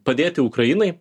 padėti ukrainai